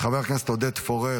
חבר הכנסת עודד פורר,